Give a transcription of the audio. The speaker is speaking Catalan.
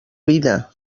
vida